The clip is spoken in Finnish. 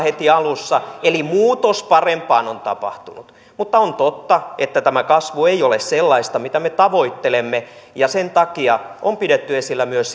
heti alussa eli muutos parempaan on tapahtunut mutta on totta että tämä kasvu ei ole sellaista mitä me tavoittelemme ja sen takia on pidetty esillä myös